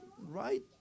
right